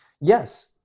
yes